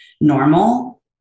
normal